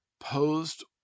posed